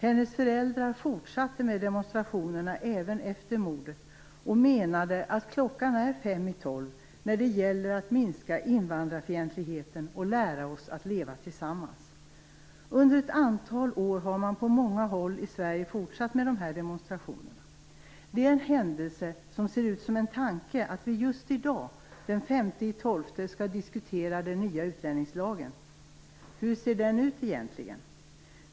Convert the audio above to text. Hennes föräldrar fortsatte med demonstrationerna även efter mordet och menade att klockan är fem i tolv när det gäller att minska invandrarfientligheten och lära sig leva tillsammans. Under ett antal år har man på många håll i Sverige fortsatt med dessa demonstrationer. Det är en händelse som ser ut som en tanke att vi just i dag, den 5 december, skall diskutera den nya utlänningslagen. Hur ser den ut egentligen?